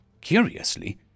Curiously